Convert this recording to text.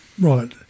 Right